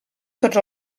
tots